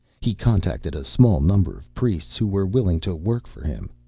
he contacted a small number of priests who were willing to work for him.